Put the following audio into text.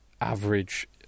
average